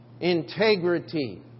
integrity